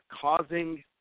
causing